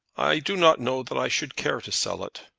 i do not know that i should care to sell it.